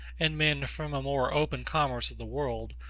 and men, from a more open commerce of the world,